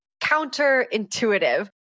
counterintuitive